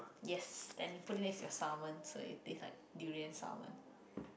yes then put it next to your salmon so it taste like durian salmon